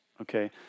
Okay